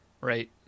right